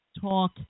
talk